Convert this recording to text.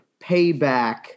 Payback